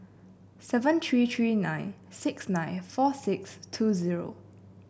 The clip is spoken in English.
seven three three nine six nine four six two zero